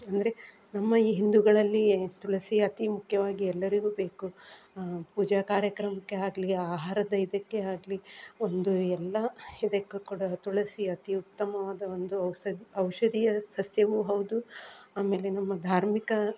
ಅಂದರೆ ನಮ್ಮ ಈ ಹಿಂದೂಗಳಲ್ಲಿ ತುಳಸಿ ಅತಿ ಮುಖ್ಯವಾಗಿ ಎಲ್ಲರಿಗೂ ಬೇಕು ಪೂಜಾ ಕಾರ್ಯಕ್ರಮಕ್ಕೆ ಆಗಲಿ ಆಹಾರದ ಇದಕ್ಕೆ ಆಗಲಿ ಒಂದು ಎಲ್ಲ ಇದಕ್ಕೂ ಕೂಡ ತುಳಸಿ ಅತಿ ಉತ್ತಮವಾದ ಒಂದು ಔಸದ್ ಔಷಧೀಯ ಸಸ್ಯವೂ ಹೌದು ಆಮೇಲೆ ನಮ್ಮ ಧಾರ್ಮಿಕ